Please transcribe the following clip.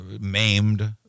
maimed